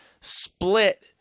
split